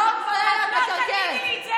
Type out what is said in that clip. את מקרקרת.